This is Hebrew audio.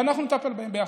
ואנחנו נטפל בהם ביחד.